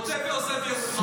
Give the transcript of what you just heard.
מודה ועוזב ירוחם.